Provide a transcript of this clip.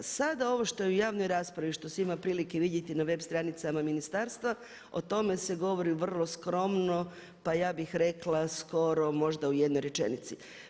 Sada ovo što je u javnoj raspravi, što se ima prilike vidjeti na web stranicama ministarstva o tome se govori vrlo skromno, pa ja bih rekla skoro možda u jednoj rečenici.